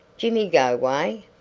jimmy go way?